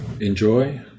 Enjoy